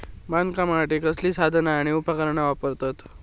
बागकामासाठी कसली साधना आणि उपकरणा वापरतत?